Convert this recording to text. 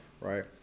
right